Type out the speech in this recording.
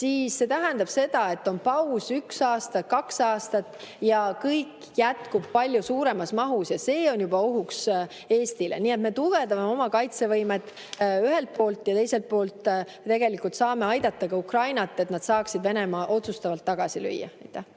siis see tähendab seda, et on paus üks aasta, kaks aastat, ja kõik jätkub palju suuremas mahus. Ja see on ohuks Eestile. Nii et ühelt poolt me tugevdame oma kaitsevõimet ja teiselt poolt saame aidata Ukrainat, et nad saaksid Venemaa otsustavalt tagasi lüüa.